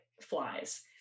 flies